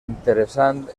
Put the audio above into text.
interessant